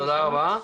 תודה רבה.